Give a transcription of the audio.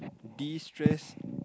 destress